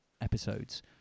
episodes